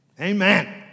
amen